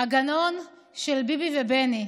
"הגנון של ביבי ובני",